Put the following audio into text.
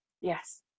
yes